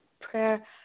prayer